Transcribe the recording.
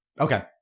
okay